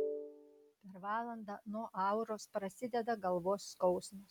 per valandą nuo auros prasideda galvos skausmas